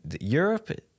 Europe